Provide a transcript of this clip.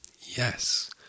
Yes